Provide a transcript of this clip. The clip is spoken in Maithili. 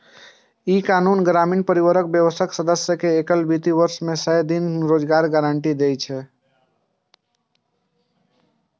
ई कानून ग्रामीण परिवारक वयस्क सदस्य कें एक वित्त वर्ष मे सय दिन रोजगारक गारंटी दै छै